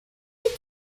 wyt